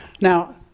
Now